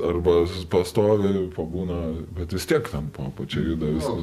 arba pastovi pabūna bet vis tiek ten po apačia juda visa